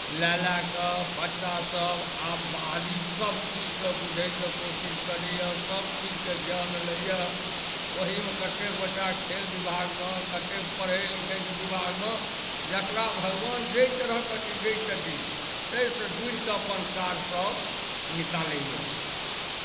लए लए कऽ बच्चा सब आब बाहरी सब किछुकेँ बुझयके कोशिश करइए सब चीजके ज्ञान लै यऽ ओहीमे कते गोटा खेल विभागमे कते पढ़इ लिखइके विभागमे जकरा भगवान जै तरहके अथी दै छथिन तैसँ जुड़ि कऽ अपन काज सब निकालै यऽ